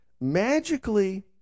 magically